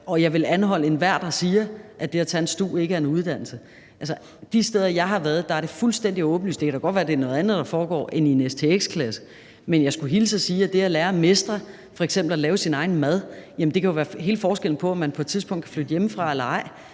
og jeg vil anholde det over for enhver, der siger, at det at tage en stu ikke er en uddannelse, for de steder, jeg har været, er det fuldstændig åbenlyst, at det er det. Det kan da godt være, det er noget andet, der foregår i en stx-klasse, men jeg skulle hilse at sige, at det at lære at mestre f.eks. at lave sin egen mad jo kan være hele forskellen på, om man på et tidspunkt kan flytte hjemmefra eller ej,